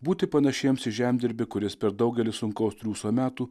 būti panašiems į žemdirbį kuris per daugelį sunkaus triūso metų